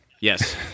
Yes